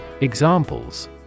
Examples